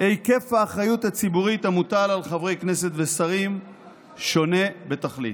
היקף האחריות הציבורית המוטל על חברי כנסת ושרים שונה בתכלית: